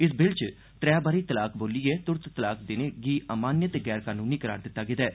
इस बिल च त्रै बारी तलाक बोलियै तूरत तलाक देई देने गी अमान्य ते गैर कनूनी करार दिता गेदा ऐ